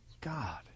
God